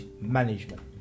management